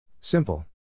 Simple